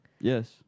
Yes